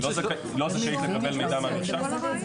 היא לא זכאית לקבל מידה מהמרשם?